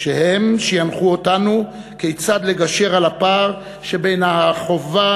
הם שינחו אותנו כיצד לגשר על הפער שבין החובה